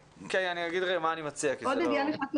יש דיונים שאני